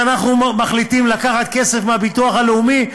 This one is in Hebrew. כשאנחנו מחליטים לקחת כסף מהביטוח הלאומי,